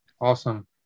awesome